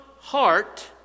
heart